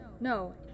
No